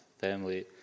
family